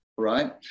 right